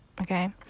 okay